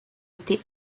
été